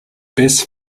best